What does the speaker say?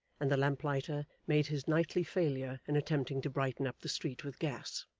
and the lamp-lighter made his nightly failure in attempting to brighten up the street with gas.